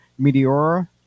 Meteora